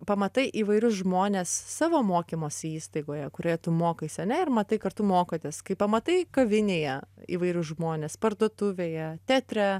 pamatai įvairius žmones savo mokymosi įstaigoje kurioje tu mokaisi ane ir matai kartu mokotės kai pamatai kavinėje įvairius žmones parduotuvėje teatre